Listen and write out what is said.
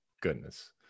goodness